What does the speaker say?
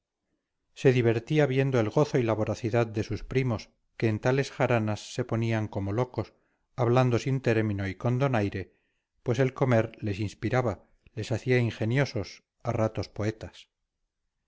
se divertía viendo el gozo y voracidad de sus primos que en tales jaranas se ponían como locos hablando sin término y con donaire pues el comer les inspiraba les hacía ingeniosos a ratos poetas